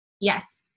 Yes